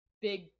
big